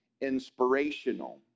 inspirational